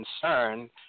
concern